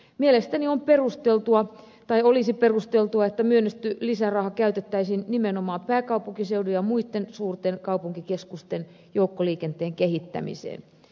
mielestäni olisi perusteltua että myönnetty lisäraha käytettäisiin nimenomaan pääkaupunkiseudun ja muitten suurten kaupunkikeskusten joukkoliikenteen kehittämiseen